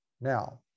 Now